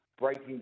breaking